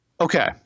Okay